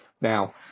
Now